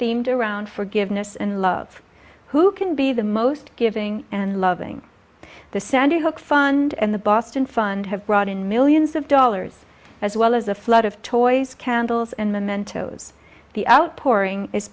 themed around forgiveness and love who can be the most giving and loving the sandy hook fund and the boston fund have brought in millions of dollars as well as a flood of toys candles and mementos the outpouring i